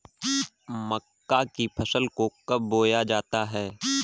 मक्का की फसल को कब बोया जाता है?